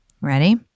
Ready